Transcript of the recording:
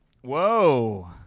Whoa